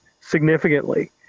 significantly